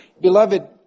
Beloved